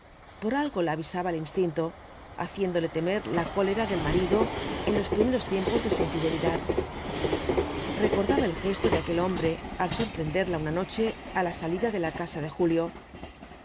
por algo la avisaba el instinto haciéndole temer la cólera del marido en los primeros tiempos de su infidelidad recordaba el gesto de aquel hombre al sorprenderla una noche á la salida de la casa de julio